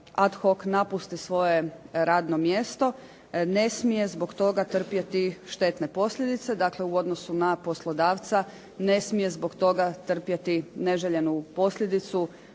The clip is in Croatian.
ad hoc napusti svoje radno mjesto. Ne smije zbog toga trpjeti štetne posljedice, dakle u odnosu na poslodavca ne smije zbog toga trpjeti neželjenu posljedicu,